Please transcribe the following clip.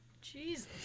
Jesus